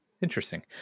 Interesting